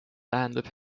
tähendab